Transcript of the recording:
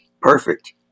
Perfect